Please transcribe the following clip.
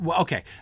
Okay